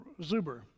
Zuber